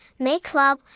Mayclub